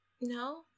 no